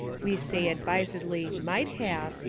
we say advisedly might have,